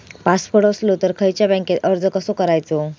Passport असलो तर खयच्या बँकेत अर्ज कसो करायचो?